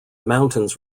mountains